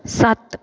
ਸੱਤ